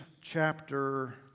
chapter